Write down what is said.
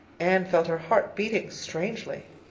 anne felt her heart beating strangely.